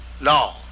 No